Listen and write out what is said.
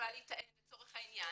שיכולה להיטען לצורך העניין.